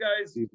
guys